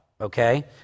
okay